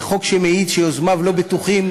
זה חוק שמעיד שיוזמיו לא בטוחים,